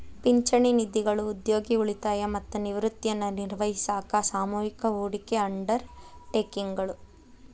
ಪಿಂಚಣಿ ನಿಧಿಗಳು ಉದ್ಯೋಗಿ ಉಳಿತಾಯ ಮತ್ತ ನಿವೃತ್ತಿಯನ್ನ ನಿರ್ವಹಿಸಾಕ ಸಾಮೂಹಿಕ ಹೂಡಿಕೆ ಅಂಡರ್ ಟೇಕಿಂಗ್ ಗಳು